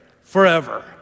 forever